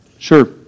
Sure